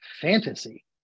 fantasy